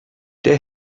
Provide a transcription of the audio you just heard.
der